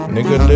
Nigga